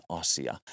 asia